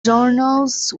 journals